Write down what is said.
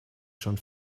schon